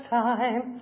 time